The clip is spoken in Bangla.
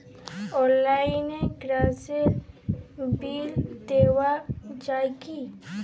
অনলাইনে গ্যাসের বিল দেওয়া যায় কি?